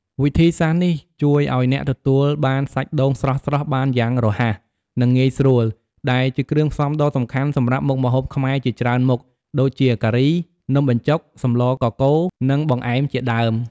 វិធីសាស្រ្តនេះជួយឱ្យអ្នកទទួលបានសាច់ដូងស្រស់ៗបានយ៉ាងរហ័ស និងងាយស្រួល ដែលជាគ្រឿងផ្សំដ៏សំខាន់សម្រាប់មុខម្ហូបខ្មែរជាច្រើនមុខ ដូចជាការី នំបញ្ចុក សម្លកកូរ និងបង្អែមជាដើម។